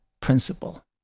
principle